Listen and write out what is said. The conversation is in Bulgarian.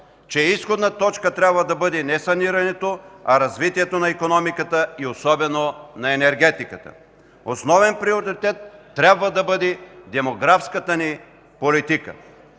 че изходна точка трябва да бъде не санирането, а развитието на икономиката и особено на енергетиката; основен приоритет трябва да бъде демографската ни политика.